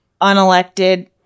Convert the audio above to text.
unelected